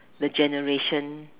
the generation